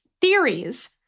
theories